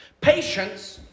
patience